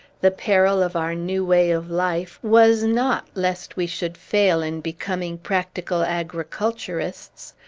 the peril of our new way of life was not lest we should fail in becoming practical agriculturists,